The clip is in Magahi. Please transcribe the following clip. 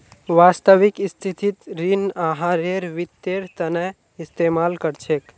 वास्तविक स्थितित ऋण आहारेर वित्तेर तना इस्तेमाल कर छेक